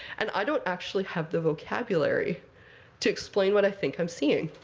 and i don't actually have the vocabulary to explain what i think i'm seeing.